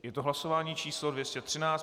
Je to hlasování číslo 213.